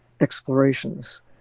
explorations